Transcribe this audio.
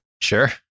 Sure